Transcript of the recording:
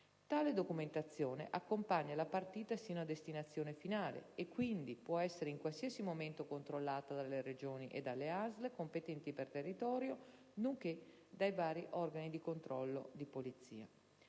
Tale documentazione accompagna la partita sino a destinazione finale e quindi può essere, in qualsiasi momento, controllata dalle Regioni e dalle ASL competenti per territorio, nonché dai vari organi di controllo di polizia.